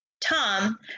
Tom